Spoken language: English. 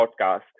podcast